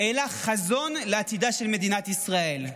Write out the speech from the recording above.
אלא חזון לעתידה של מדינת ישראל,